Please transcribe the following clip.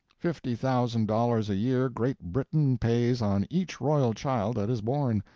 fifty thousand dollars a year great britain pays on each royal child that is born,